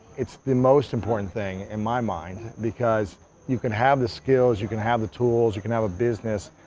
it's the most important thing in my mind, because you can have the skills, you can have the tools, you can have a business,